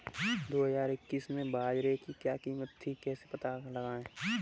दो हज़ार इक्कीस में बाजरे की क्या कीमत थी कैसे पता लगाएँ?